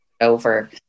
over